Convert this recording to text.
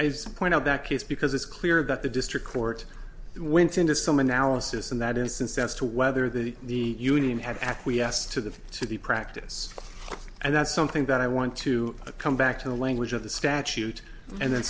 just point out that case because it's clear that the district court went into some analysis in that instance as to whether the union had acquiesced to the to the practice and that's something that i want to come back to the language of the statute and then